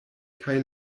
kaj